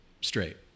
straight